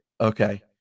okay